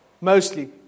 mostly